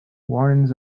warnings